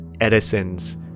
Edison's